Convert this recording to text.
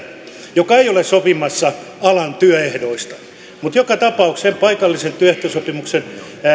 joka ei ole sopimassa alan työehdoista mutta joka tapauksessa sen paikallisen työehtosopimuksen